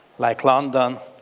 like london,